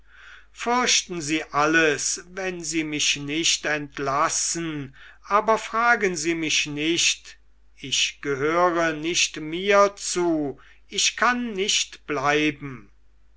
fürchten sie alles wenn sie mich nicht entlassen aber fragen sie mich nicht ich gehöre nicht mir zu ich kann nicht bleiben